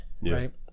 right